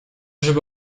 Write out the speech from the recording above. żeby